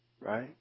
Right